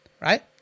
right